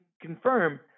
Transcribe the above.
confirm